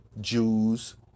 Jews